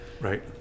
Right